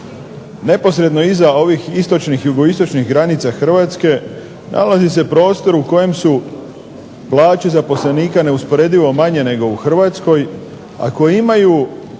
neposredno iza ovih istočnih, jugoistočnih granica Hrvatske nalazi se prostor u kojem su plaće zaposlenika neusporedivo manje nego u Hrvatskoj, a koje imaju